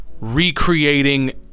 recreating